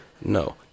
No